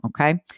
Okay